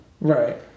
Right